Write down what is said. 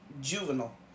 juvenile